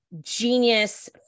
genius